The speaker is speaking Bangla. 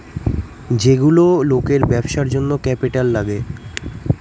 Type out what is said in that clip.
যেগুলো লোকের ব্যবসার জন্য ক্যাপিটাল লাগে